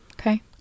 Okay